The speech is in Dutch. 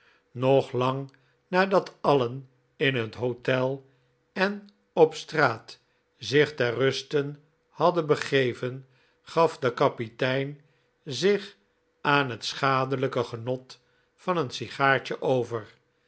nog lang nadat alien in het hotel en op straat zich ter ruste hadden begeven gaf de kapitein zich aan het schadelijk genot van een sigaartje over